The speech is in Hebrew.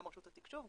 גם רשות התקשוב,